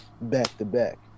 back-to-back